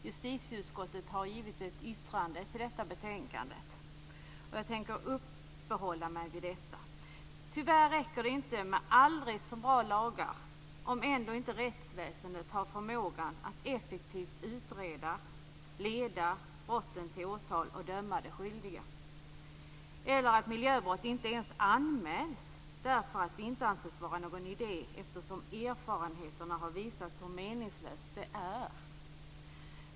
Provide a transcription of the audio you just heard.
Justitieutskottet har avgivit ett yttrande till detta betänkande och jag tänker uppehålla mig vid detta. Tyvärr räcker det inte med aldrig så bra lagar om inte rättsväsendet har förmåga att effektivt utreda, leda brottet till åtal och döma de skyldiga. Eller också anmäls miljöbrott inte ens därför att det inte anses vara någon idé, eftersom erfarenheterna har visat hur meningslöst det är.